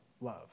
love